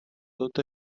tot